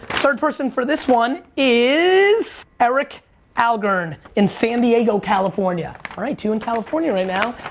third person for this one is eric algern in san diego, california. all right, two in california right now.